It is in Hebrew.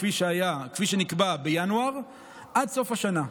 כפי שנקבע בינואר עד סוף השנה.